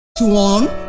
One